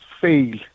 fail